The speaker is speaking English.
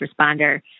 responder